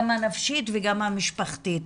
גם הנפשית וגם המשפחתית.